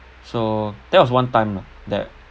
so that was one time lah that